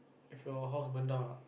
if your house burn down lah